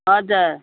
हजुर